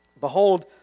Behold